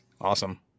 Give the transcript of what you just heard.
Awesome